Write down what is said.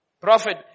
prophet